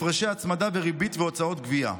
הפרשי הצמדה וריבית והוצאות גבייה.